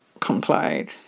complied